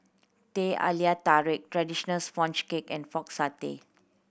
Teh Halia Tarik traditional sponge cake and Pork Satay